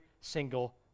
single